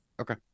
okay